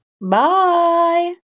Bye